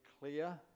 clear